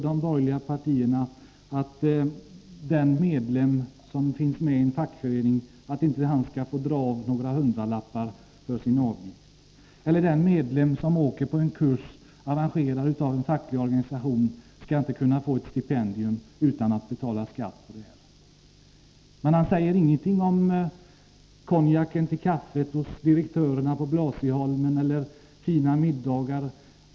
De borgerliga partierna tycker att en fackföreningsmedlem inte skall få dra av några hundralappar för sin medlemsavgift och att en medlem som åker på en kurs, arrangerad av en facklig organisation, inte skall få ett stipendium utan att betala skatt för det. Men han säger ingenting om konjak till kaffet hos direktörerna på Blasieholmen eller om fina middagar.